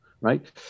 right